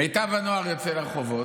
מיטב הנוער יוצא לרחובות.